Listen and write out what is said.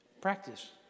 Practice